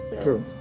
true